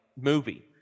movie